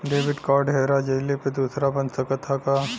Debit card हेरा जइले पर दूसर बन सकत ह का?